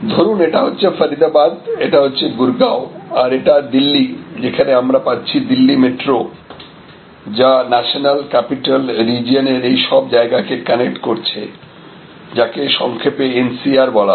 ধরুন এটা হচ্ছে ফারিদাবাদ এটা হচ্ছে গুরগাঁও আর এটা দিল্লি যেখানে আমরা পাচ্ছি দিল্লি মেট্রো যা ন্যাশনাল ক্যাপিটাল রিজিওন এর এই সব জায়গা কে কানেক্ট করছে যাকে সংক্ষেপে NCR বলা হয়